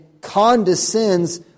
condescends